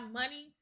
money